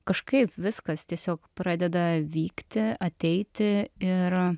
kažkaip viskas tiesiog pradeda vykti ateiti ir